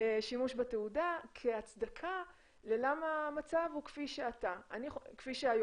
שימוש בתעודה כהצדקה ללמה המצב הוא כפי שהיום.